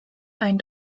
ein